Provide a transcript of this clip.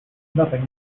nothing